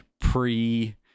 pre